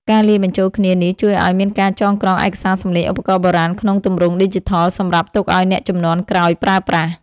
ការលាយបញ្ចូលគ្នានេះជួយឱ្យមានការចងក្រងឯកសារសំឡេងឧបករណ៍បុរាណក្នុងទម្រង់ឌីជីថល សម្រាប់ទុកឱ្យអ្នកជំនាន់ក្រោយប្រើប្រាស់។